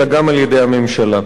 אלא גם באוזני הממשלה.